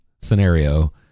scenario